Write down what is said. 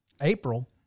April